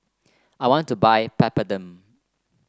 I want to buy Peptamen